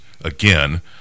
again